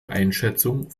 einschätzung